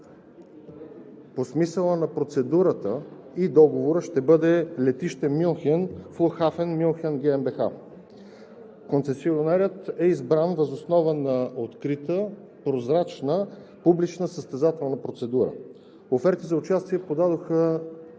по смисъла на процедурата и договора ще бъде летище „Флугхафен Мюнхен“ GmbH. Концесионерът е избран въз основа на открита, прозрачна, публична състезателна процедура. Оферти за участие подадоха